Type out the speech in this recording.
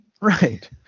Right